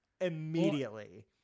immediately